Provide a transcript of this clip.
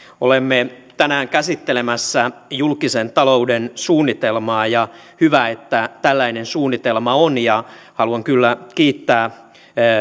olemme tänään käsittelemässä julkisen talouden suunnitelmaa ja hyvä että tällainen suunnitelma on haluan kyllä kiittää